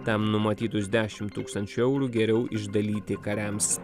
tam numatytus dešim tūkstančių eurų geriau išdalyti kariams